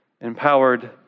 empowered